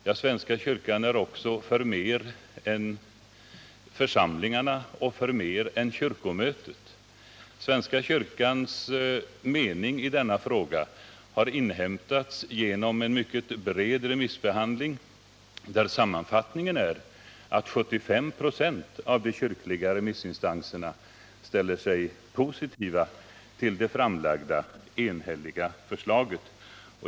Ja, svenska kyrkan är också förmer än församlingarna och förmer än kyrkomötet. Svenska kyrkans mening i denna fråga har inhämtats genom en mycket bred remissbehandling, där sammanfattningen är att 75 20 av de kyrkliga remissinstanserna ställer sig positiva till det framlagda enhälliga förslaget.